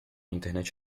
internet